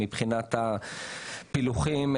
מבחינת הפילוחים,